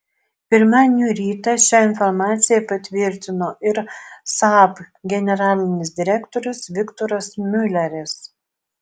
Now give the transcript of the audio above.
pirmadienio rytą šią informaciją patvirtino ir saab generalinis direktorius viktoras miuleris